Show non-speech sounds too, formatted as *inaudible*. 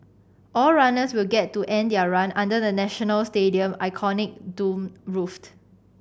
all runners will get to end their run under the National Stadium iconic domed roof *unintelligible*